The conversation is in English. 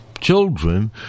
children